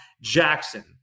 Jackson